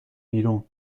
بیرون